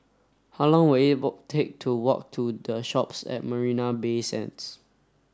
how long will it take to walk to The Shoppes at Marina Bay Sands